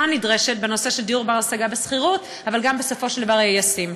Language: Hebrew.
הנדרשת בנושא של דיור בר-השגה בשכירות אלא יהיה ישים.